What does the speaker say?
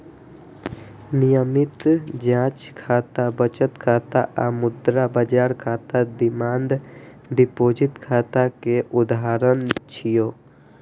नियमित जांच खाता, बचत खाता आ मुद्रा बाजार खाता डिमांड डिपोजिट खाता के उदाहरण छियै